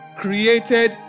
created